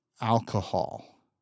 alcohol